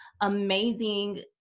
amazing